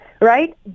right